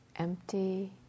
empty